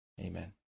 amen